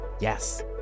Yes